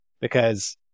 because-